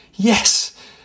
Yes